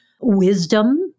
wisdom